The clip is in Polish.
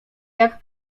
jak